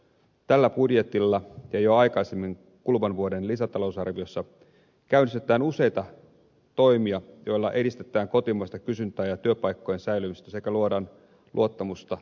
tällä budjetilla ja jo aikaisemmin kuluvan vuoden lisätalousarviossa käynnistetään useita toimia joilla edistetään kotimaista kysyntää ja työpaikkojen säilymistä sekä luodaan luottamusta tulevaisuuteen